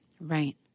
Right